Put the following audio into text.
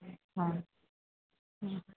ہاں